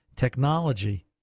Technology